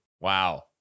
Wow